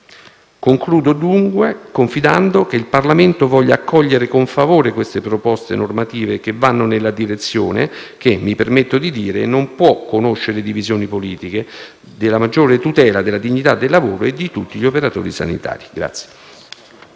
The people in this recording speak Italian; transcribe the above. Concludo, dunque, confidando che il Parlamento voglia accogliere con favore queste proposte normative che vanno nella direzione (che - mi permetto di dire - non può conoscere divisioni politiche) della maggiore tutela della dignità del lavoro di tutti gli operatori sanitari.